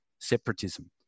separatism